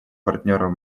партнером